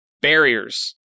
barriers